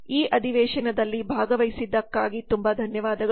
ಈ ಅಧಿವೇಶನದಲ್ಲಿ ಭಾಗವಹಿಸಿದ್ದಕ್ಕಾಗಿ ತುಂಬಾ ಧನ್ಯವಾದಗಳು